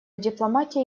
дипломатии